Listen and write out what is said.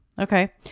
Okay